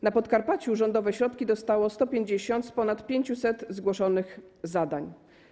Na Podkarpaciu rządowe środki dostało 150 z ponad 500 zgłoszonych zadań.